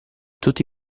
tutti